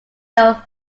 hill